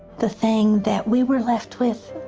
the thing that we were left with,